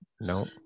No